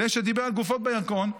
זה שדיבר על גופות בירקון,